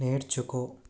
నేర్చుకో